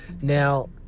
Now